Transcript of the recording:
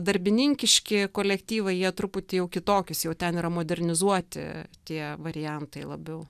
darbininkiški kolektyvai jie truputį jau kitokius jau ten yra modernizuoti tie variantai labiau